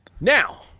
Now